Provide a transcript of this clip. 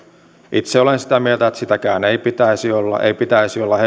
itse olen sitä mieltä että sitäkään ei pitäisi olla ei pitäisi olla